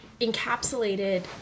encapsulated